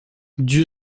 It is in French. dieu